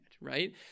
right